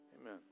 Amen